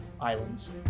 islands